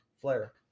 flare